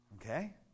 Okay